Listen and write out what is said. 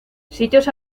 sitios